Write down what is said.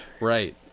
Right